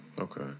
Okay